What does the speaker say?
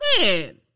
Man